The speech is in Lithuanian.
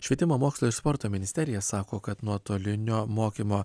švietimo mokslo ir sporto ministerija sako kad nuotolinio mokymo